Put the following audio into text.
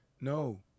No